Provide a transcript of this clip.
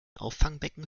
auffangbecken